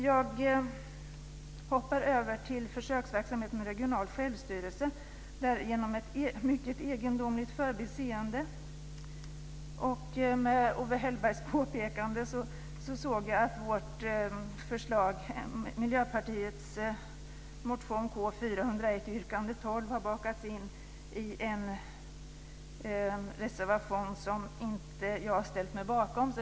Jag hoppar över till försöksverksamheten med regional självstyrelse. Där är det ett mycket egendomligt förbiseende. Efter Owe Hellbergs påpekande såg jag att Miljöpartiets motion K401 yrkande 12 har bakats in i en reservation som jag inte ställt mig bakom.